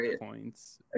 points